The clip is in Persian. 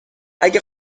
اگه